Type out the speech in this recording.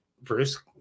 Bruce